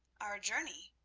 our journey?